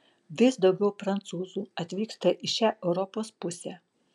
vis daugiau prancūzų atvyksta į šią europos pusę